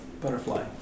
Butterfly